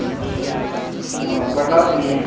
او بٹلہ ہاؤس میں ہی ہے